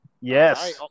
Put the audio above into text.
Yes